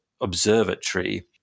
observatory